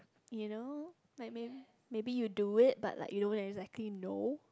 you know like maybe maybe you do it but like you don't exactly know